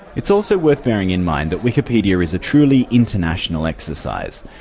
it's also worth bearing in mind that wikipedia is a truly international exercise,